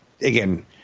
again